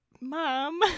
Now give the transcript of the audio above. Mom